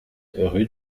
rue